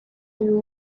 and